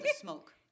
smoke